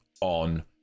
on